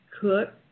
cook